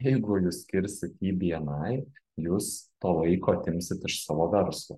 jeigu jūs skirsit jį bni jūs to laiko atimsit iš savo verslo